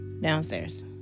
downstairs